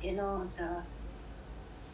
you know the